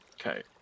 okay